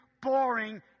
boring